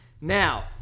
Now